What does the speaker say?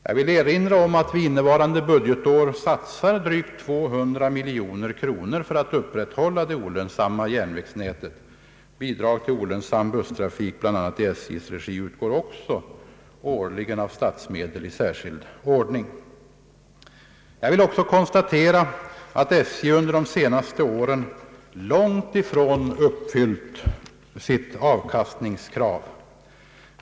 Jag vill erinra om att vi under innevarande budgetår satsar 200 miljoner kronor för att upprätthålla olönsamma järnvägar. Bidrag till olönsam busstrafik, bl.a. i SJ:s regi, utgår även årligen av statsmedel i särskild ordning. Jag vill också konstatera att SJ under de senaste åren långt ifrån uppfyllt sitt avkastningskrav.